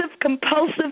compulsive